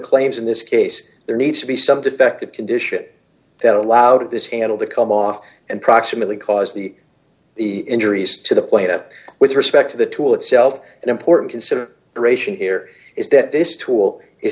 claims in this case there needs to be some defective condition that allowed this handle to come off and proximately caused the the injuries to the plane up with respect to the tool itself an important consider duration here is that this tool i